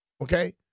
Okay